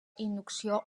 inducció